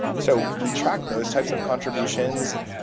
so we track those types of contributions.